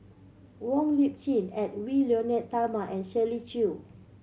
Wong Lip Chin Edwy Lyonet Talma and Shirley Chew